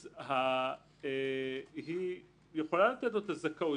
אז היא יכולה לתת לו את הזכאות.